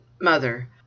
mother